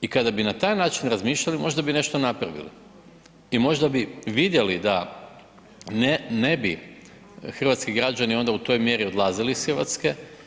I kada bi na taj način razmišljali, možda bi nešto napravili i možda bi vidjeli da, ne bi hrvatski građani onda u toj mjeri odlazili iz Hrvatske.